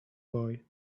boy